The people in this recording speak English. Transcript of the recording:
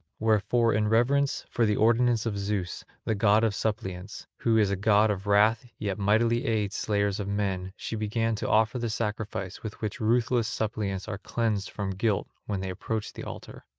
wherefore in reverence for the ordinance of zeus, the god of suppliants, who is a god of wrath yet mightily aids slayers of men, she began to offer the sacrifice with which ruthless suppliants are cleansed from guilt when they approach the altar.